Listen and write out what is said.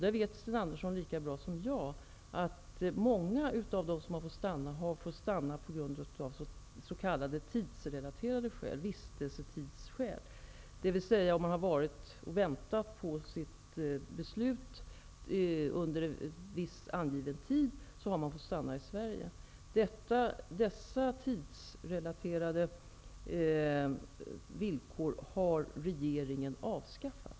Där vet Sten Andersson lika väl som jag att många av dem som får stanna har fått stanna av s.k. tidsrelaterade skäl, vistelsetidsskäl, dvs. om man väntat på beslut under en viss angiven tid har man fått stanna i Sverige. Dessa tidsrelaterade villkor har regeringen avskaffat.